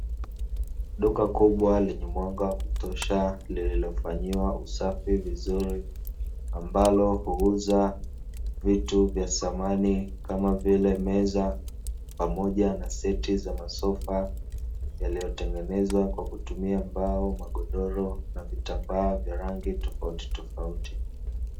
Duka kubwa lenye mwanga wa kutosha lililofanyiwa usafi vizuri , ambayo uuza vitu vya samani kama vile meza pamoja na seti za masofa yaliyotengenezwa kwa kutumia mbao, godoro na vitambaa vya rangi tofautitofauti.